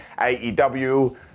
AEW